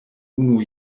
unu